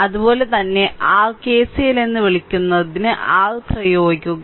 അതുപോലെ തന്നെ r KCL എന്ന് വിളിക്കുന്ന r പ്രയോഗിക്കുക